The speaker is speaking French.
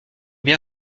bien